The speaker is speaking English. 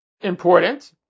important